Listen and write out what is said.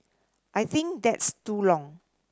I think that's too long